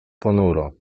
ponuro